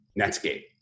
Netscape